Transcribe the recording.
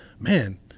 man